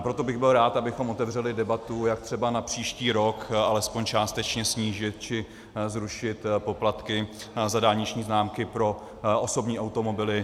Proto bych byl rád, abychom otevřeli debatu, jak třeba na příští rok alespoň částečně snížit či zrušit poplatky za dálniční známky pro osobní automobily.